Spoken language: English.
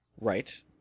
Right